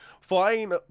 Flying